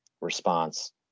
response